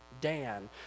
Dan